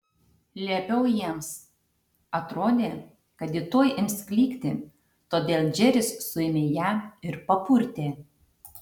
liepiau jiems atrodė kad ji tuoj ims klykti todėl džeris suėmė ją ir papurtė